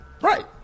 Right